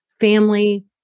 family